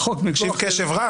אני מקשיב לך קשב רב.